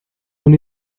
son